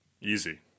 Easy